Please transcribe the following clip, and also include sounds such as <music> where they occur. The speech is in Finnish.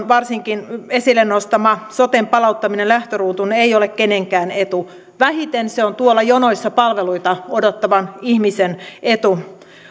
<unintelligible> varsinkin vasemmiston esille nostama soten palauttaminen lähtöruutuun ei ole kenenkään etu vähiten se on tuolla jonoissa palveluita odottavan ihmisen etu